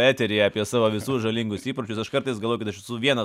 eteryje apie savo visus žalingus įpročius aš kartais galvoju kad aš esu vienas